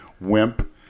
wimp